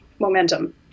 momentum